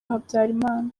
habyarimana